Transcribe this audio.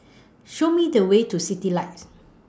Show Me The Way to Citylights